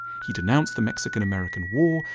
he denounced the mexican-american war,